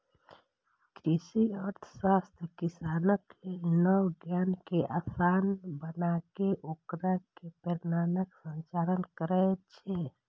कृषि अर्थशास्त्र किसानक लेल नव ज्ञान कें आसान बनाके ओकरा मे प्रेरणाक संचार करै छै